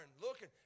looking